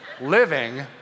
living